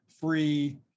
free